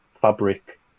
fabric